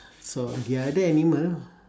so the other animal